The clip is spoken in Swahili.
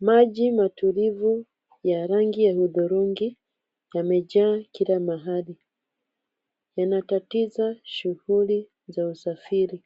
Maji matulivu ya rangi ya hudhurungi yamejaa kila mahali. Yanatatiza shughuli za usafiri.